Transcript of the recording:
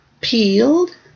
peeled